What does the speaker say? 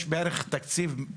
יש בערך תקציב,